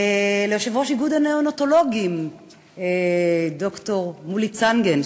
ליושב-ראש איגוד הנאונטולוגים ד"ר מולי צנגן,